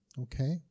Okay